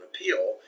appeal